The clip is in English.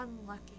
unlucky